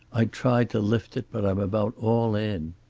i tried to lift it, but i'm about all in.